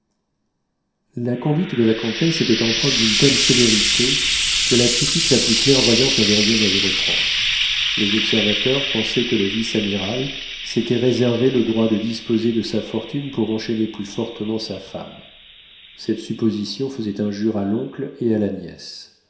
la conduite de la comtesse était empreinte d'une telle sévérité que la critique la plus clairvoyante n'avait rien à y reprendre les observateurs pensaient que le vice-amiral s'était réservé le droit de disposer de sa fortune pour enchaîner plus fortement sa femme cette supposition faisait injure à l'oncle et à la nièce